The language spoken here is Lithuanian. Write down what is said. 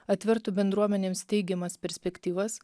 atvertų bendruomenėms teigiamas perspektyvas